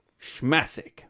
schmasic